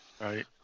Right